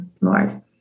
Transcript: Lord